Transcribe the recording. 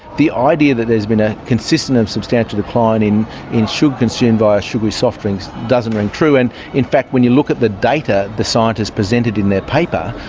the idea that there has been a consistent and substantial decline in in sugar consumed via sugary soft drinks doesn't ring true, and in fact when you look at the data the scientists presented in their paper,